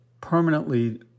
permanently